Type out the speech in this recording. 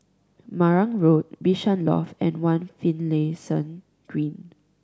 Marang Road Bishan Loft and One Finlayson Green